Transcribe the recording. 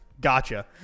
gotcha